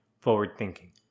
forward-thinking